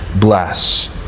bless